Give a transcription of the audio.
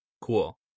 Cool